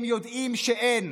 הם יודעים שאין.